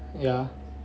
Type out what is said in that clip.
ya